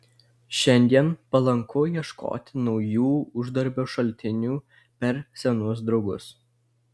šiandien palanku ieškoti naujų uždarbio šaltinių per senus draugus